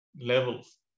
levels